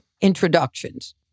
introductions